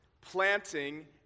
Planting